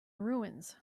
ruins